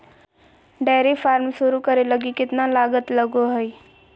dairy farm शुरू करे लगी केतना लागत लगो हइ